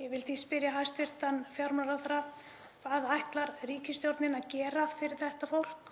Ég vil því spyrja hæstv. fjármálaráðherra: Hvað ætlar ríkisstjórnin að gera fyrir þetta fólk?